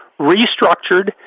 restructured